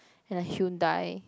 and a Hyundai